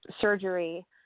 surgery